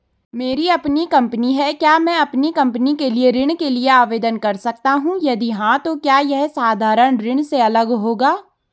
मेरी अपनी कंपनी है क्या मैं कंपनी के लिए ऋण के लिए आवेदन कर सकता हूँ यदि हाँ तो क्या यह साधारण ऋण से अलग होगा?